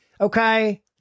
Okay